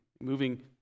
moving